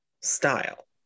style